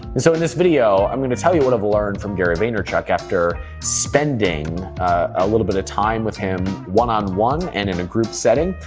and so in this video i'm gonna tell you what i've learned from gary vaynerchuk after spending a little bit of time with him one-on-one and in a group setting.